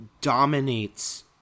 Dominates